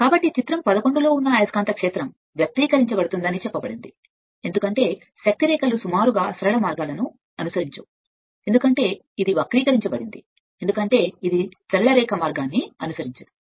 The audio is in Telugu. కాబట్టిచిత్రం 11 లో ఉన్న అయస్కాంత క్షేత్రం వక్రీకరించబడుతుందని చెప్పబడింది ఎందుకంటే శక్తి రేఖలు సుమారుగా సరళ మార్గాలను అనుసరించవు ఎందుకంటే ఇది వక్రీకరించబడింది ఎందుకంటే ఇది సరళ రేఖ మార్గాన్ని అనుసరించదు